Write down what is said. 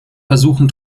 versuchen